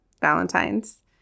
Valentine's